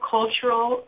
Cultural